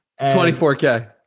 24K